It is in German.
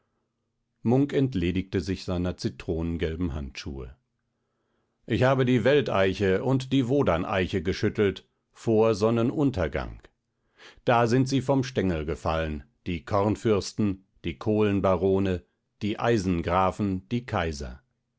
munk entledigte sich seiner zitronengelben handschuhe ich habe die welteiche und die wodaneiche geschüttelt vor sonnenuntergang da sind sie vom stengel gefallen die kornfürsten die kohlenbarone die eisengrafen die kaiser